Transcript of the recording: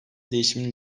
değişimin